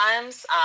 times